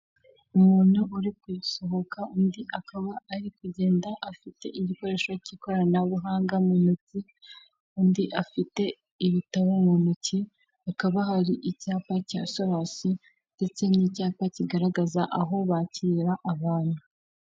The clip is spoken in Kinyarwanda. Umugore ufite umusatsi muremure wambaye imyenda y'umutuku, vharimo n'umukara n'umweru n'ijipo ngufiya, ufite igikapu gikunzwe gukoreshwa n'abantu bakunze kujya mu mahanga akaba ahagaze hafi y'ibyapa bigiye bitandukanye ndetse n'inyuma yaho hakaba hari iminara y'amashanyarazi.